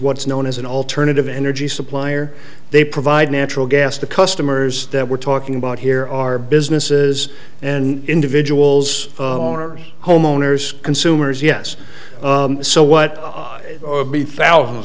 what's known as an alternative energy supplier they provide natural gas to customers that we're talking about here are businesses and individuals owners homeowners consumers yes so what be thousands